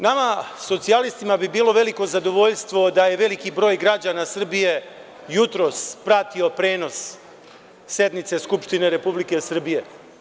Nama socijalistima bi bilo veliko zadovoljstvo da je veliki broj građana Srbije jutros pratio prenos sednice Skupštine Republike Srbije.